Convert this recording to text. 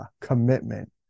commitment